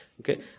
Okay